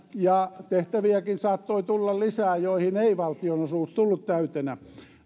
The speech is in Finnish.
ja saattoi tulla lisää tehtäviäkin joihin ei valtionosuus tullut täytenä